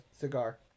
cigar